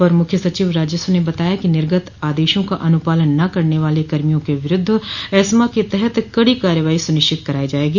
अपर मुख्य सचिव राजस्व ने बताया कि निर्गत आदेशों का अनूपालन न करने वाले कर्मियों के विरुद्ध एस्मा के तहत कड़ी कार्यवाही सुनिश्चित करायी जायेगी